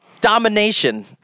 domination